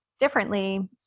differently